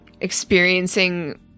experiencing